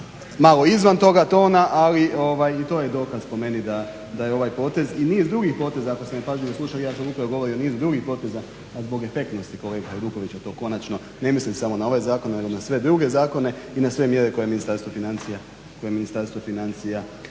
malo izvan toga tona, ali i to je dokaz, po meni, da je ovaj potez i niz drugih poteza ako ste me pažljivo slušali, ja sam upravo govorio o nizu drugih poteza zbog efektnosti kolege Hajdukovića to konačno ne mislim samo na ovaj zakon, nego na sve druge zakone i na sve mjere koje Ministarstvo financija